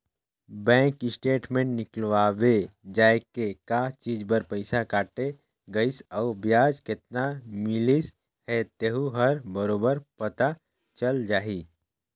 bank statement निकलवाबे जाये के का चीच बर पइसा कटाय गइसे अउ बियाज केतना मिलिस हे तेहू हर बरोबर पता चल जाही